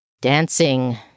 Dancing